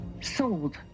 Sold